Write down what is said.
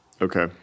Okay